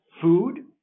food